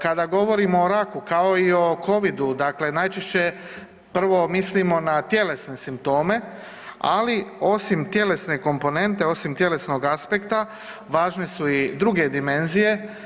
Kada govorimo o raku kao i o covidu, dakle najčešće prvo mislimo na tjelesne simptome, ali osim tjelesne komponente, osim tjelesnog aspekta važne su i druge dimenzije.